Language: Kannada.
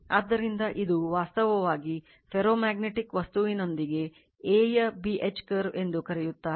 ಆದ್ದರಿಂದ ಇದು ವಾಸ್ತವವಾಗಿ ಫೆರೋಮ್ಯಾಗ್ನೆಟಿಕ್ ವಸ್ತುವಿನೊಂದಿಗೆ A ಯ B H curve ಎಂದು ಕರೆಯುತ್ತಾರೆ